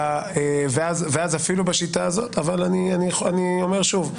אני אומר שוב,